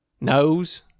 Nose